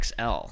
XL